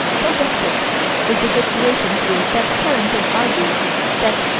so desperate is the situation here that carrington argues that,